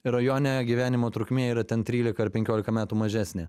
rajone gyvenimo trukmė yra ten trylika ar penkiolika metų mažesnė